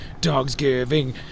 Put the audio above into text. dogsgiving